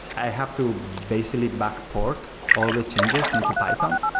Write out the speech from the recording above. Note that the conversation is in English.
i have to basically backport all the changes into python.